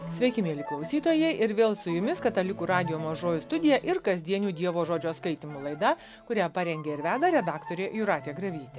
sveiki mieli klausytojai ir vėl su jumis katalikų radijo mažoji studija ir kasdienių dievo žodžio skaitymo laida kurią parengė ir veda redaktorė jūratė gravytė